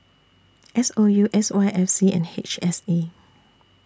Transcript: S O U S Y F C and H S A